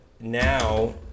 now